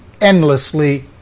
endlessly